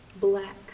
black